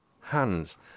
hands